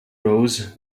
rose